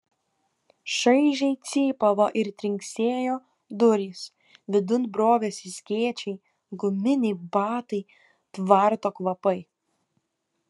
šaižiai cypavo ir trinksėjo durys vidun brovėsi skėčiai guminiai batai tvarto kvapai